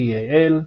FEAL,